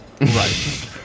Right